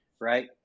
Right